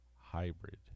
hybrid